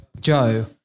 Joe